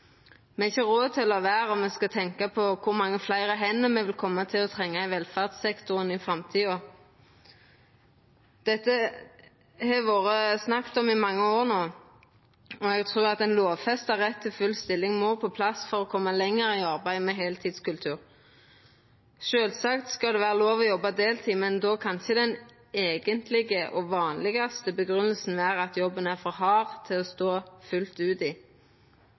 Me har ikkje råd til å la vera om me skal tenkja på kor mange fleire hender me vil koma til å trenge i velferdssektoren i framtida. Dette har det vore snakka om i mange år no, og eg trur at ein lovfesta rett til full stilling må på plass for å koma lenger i arbeidet med heiltidskultur. Sjølvsagt skal det vera lov å jobba deltid, men då kan ikkje den eigentlege og vanlegaste grunngjevinga vera at jobben er for hard til å stå fullt ut i.